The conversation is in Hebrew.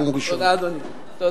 תודה, אדוני.